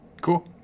Cool